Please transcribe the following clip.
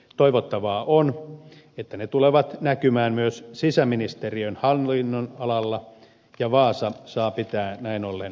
toivottavaa on että ne tulevat näkymään myös sisäministeriön hallinnonalalla ja vaasa saa pitää näin ollen hätäkeskuksensa